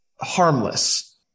harmless